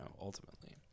ultimately